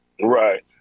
Right